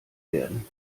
werden